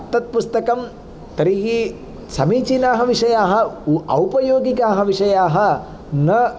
तत् पुस्तकं तर्हि समीचीनाः विषयाः औपयोगिकाः विषयाः न